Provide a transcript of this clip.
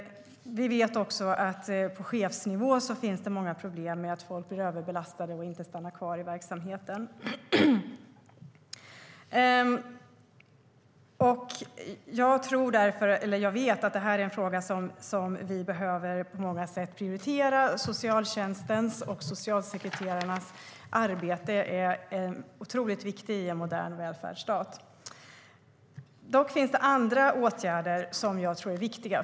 Vi vet också att det på chefsnivå finns många problem med att folk blir överbelastade och inte stannar kvar i verksamheten. Jag vet att detta är en fråga som vi på många sätt behöver prioritera. Socialtjänstens och socialsekreterarnas arbete är otroligt viktigt i en modern välfärdsstat. Det finns dock andra åtgärder som jag tror är viktiga.